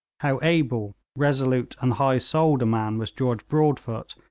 how able, resolute, and high-souled a man was george broadfoot,